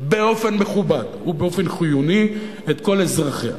באופן מכובד ובאופן חיוני את כל אזרחיה.